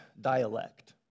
dialect